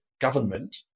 government